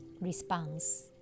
response